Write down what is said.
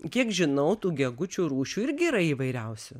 kiek žinau tų gegučių rūšių irgi yra įvairiausių